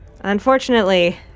Unfortunately